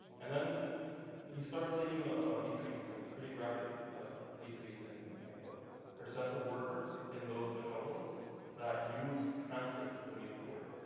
and then you start seeing a decrease and a pretty rapid decrease in in the percent of workers in those metropolises that use transit to commute to work.